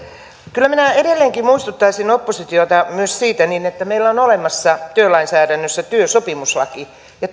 kyllä minä edelleenkin muistuttaisin oppositiota myös siitä että meillä on olemassa työlainsäädännössä työsopimuslaki ja